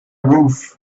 roof